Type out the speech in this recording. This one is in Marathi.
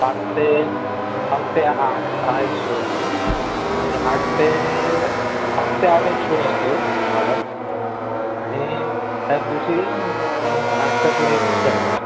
पाच ते पाच ते आठ हा एक शो असतो आणि आठ ते पाच ते आठ एक शो असतो माझा आणि त्याच दिवशी आठच्या पुढे एक दुसरा शो असतो